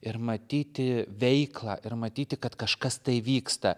ir matyti veiklą ir matyti kad kažkas tai vyksta